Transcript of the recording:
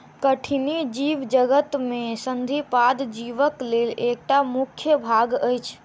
कठिनी जीवजगत में संधिपाद जीवक लेल एकटा मुख्य भाग अछि